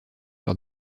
leur